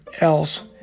else